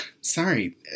sorry